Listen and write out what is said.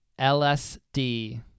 LSD